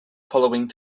following